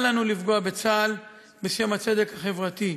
אל לנו לפגוע בצה"ל בשם הצדק החברתי.